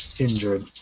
Injured